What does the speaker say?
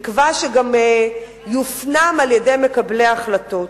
בתקווה שגם יופנם על-ידי מקבלי ההחלטות.